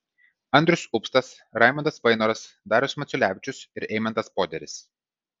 andrius upstas raimundas vainoras darius maciulevičius ir eimantas poderis